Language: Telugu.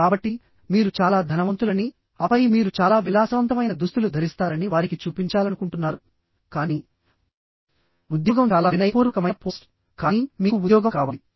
కాబట్టిమీరు చాలా ధనవంతులనిఆపై మీరు చాలా విలాసవంతమైన దుస్తులు ధరిస్తారని వారికి చూపించాలనుకుంటున్నారుకానీ ఉద్యోగం చాలా వినయపూర్వకమైన పోస్ట్ కానీ మీకు ఉద్యోగం కావాలి